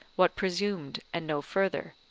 what presumed, and no further?